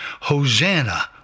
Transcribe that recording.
Hosanna